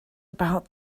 about